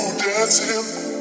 dancing